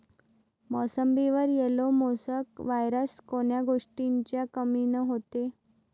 मोसंबीवर yellow mosaic virus कोन्या गोष्टीच्या कमीनं होते?